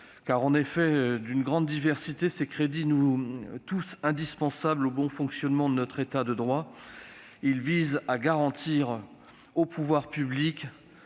singulière. D'une grande diversité, ces crédits sont tous indispensables au bon fonctionnement de notre État de droit. Ils visent à garantir aux pouvoirs publics,